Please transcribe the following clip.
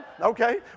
Okay